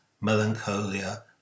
melancholia